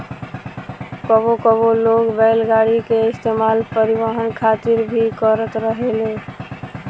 कबो कबो लोग बैलगाड़ी के इस्तेमाल परिवहन खातिर भी करत रहेले